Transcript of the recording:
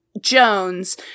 Jones